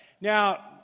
Now